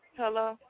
Hello